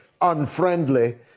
unfriendly